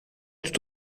tout